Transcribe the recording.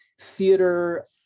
theater